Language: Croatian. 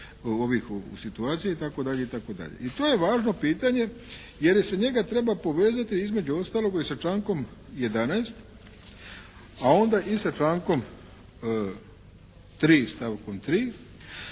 ovih u situaciji itd. itd. I to je važno pitanje jer se njega treba povezati između ostaloga i sa člankom 11. a onda i sa člankom 3. stavkom 3.